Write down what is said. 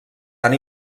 han